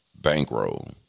Bankroll